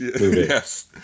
yes